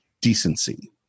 decency